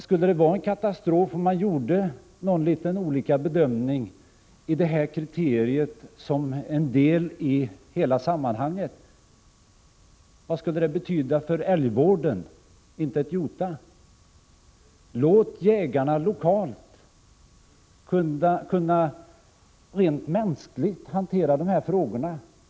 Skulle det vara någon katastrof om man som en del i hela sammanhanget gjorde en något olika bedömning av detta kriterium? Vad skulle det betyda för älgvården? Inte ett jota. Låt jägarna lokalt hantera dessa frågor.